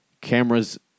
cameras